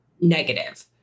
negative